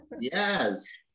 Yes